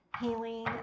healing